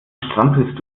strampelst